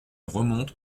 remonte